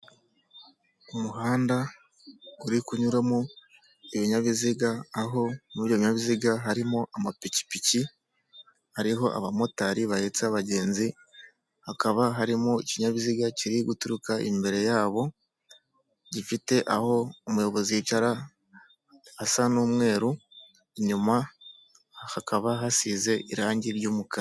Umuhanda uri kunyuramo ibinyabiziga aho muri ibyo binyabiziga harimo amapikipiki, hariho aba motari bahetse abagenzi ,hakaba harimo ikinyabiziga kiri guturuka imbere yabo gifite aho umuyobozi yicara hasa n'umweru inyuma hakaba hasize irangi ry'umukara.